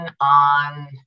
on